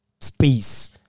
space